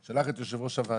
הוא שלח את יושב ראש הוועדה,